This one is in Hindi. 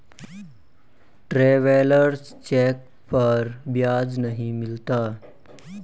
ट्रैवेलर्स चेक पर ब्याज नहीं मिलता है